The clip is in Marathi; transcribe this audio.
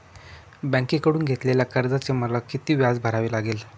बँकेकडून घेतलेल्या कर्जाचे मला किती व्याज भरावे लागेल?